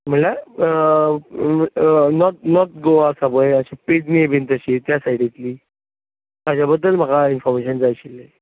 म्हणल्यार north north Goa आसा पय अशें पेडणें बीन तशी त्या सायडींतली ताज्या बद्दल म्हाका इनफाॅर्मेशन जाय आशिल्लें